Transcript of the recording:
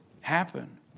happen